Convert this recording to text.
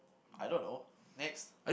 I don't know next